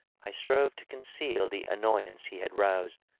i strove to conceal the annoyance he had roused.